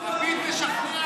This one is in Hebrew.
לפיד משכנע את קארה,